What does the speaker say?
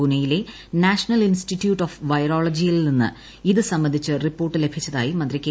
പൂനെയിലെ national institute of വൈറോളജിയിൽ നിന്ന് ഇത് സംബന്ധിച്ച് റിപ്പോർട്ട് ലഭിച്ചതായി മന്ത്രി കെ